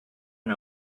and